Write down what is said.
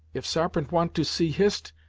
if sarpent want to see hist,